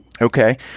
Okay